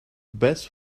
best